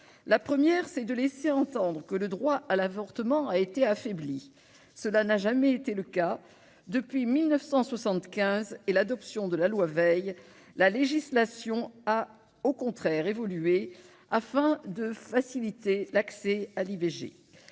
La première consiste à laisser entendre que le droit à l'avortement a été affaibli. Cela n'a jamais été le cas. Depuis 1975 et l'adoption de la loi Veil, la législation a au contraire évolué afin de faciliter l'accès à l'IVG.